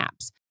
apps